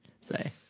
Say